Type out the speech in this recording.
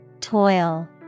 Toil